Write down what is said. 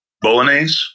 bolognese